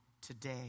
today